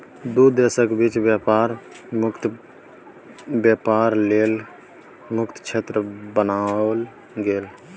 दू देशक बीच बेपार मुक्त बेपार लेल कर मुक्त क्षेत्र बनाओल गेल